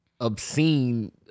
obscene